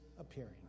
appearing